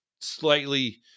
slightly